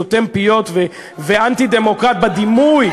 סותם פיות ואנטי-דמוקרט בדימוי.